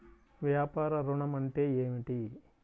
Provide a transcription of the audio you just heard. వ్యాపార ఋణం అంటే ఏమిటి?